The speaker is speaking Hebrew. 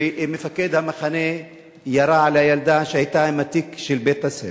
מפקד המחנה ירה בילדה, שהיתה עם התיק של בית-הספר,